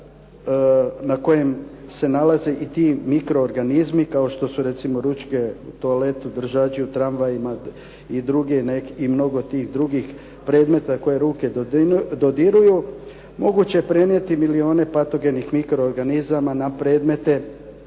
na kojem se nalaze i ti mikroorganizmi, kao što su recimo ručke u toaletu, držači u tramvajima i mnogo tih drugih predmeta koje ruke dodiruju, moguće je prenijeti milijune patogenih mikroorganizama na predmete